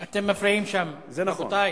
רבותי,